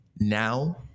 now